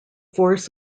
force